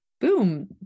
boom